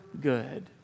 good